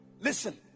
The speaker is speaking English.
Listen